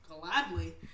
gladly